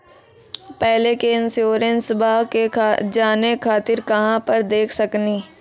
पहले के इंश्योरेंसबा के जाने खातिर कहां पर देख सकनी?